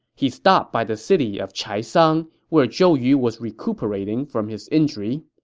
he stopped by the city of chaisang, where zhou yu was recuperating from his injury.